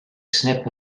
snip